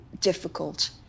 difficult